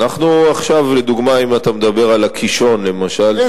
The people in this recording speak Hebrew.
עכשיו לדוגמה, אם אתה מדבר על הקישון, למשל,